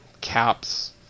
caps